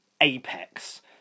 apex